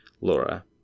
Laura